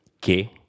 que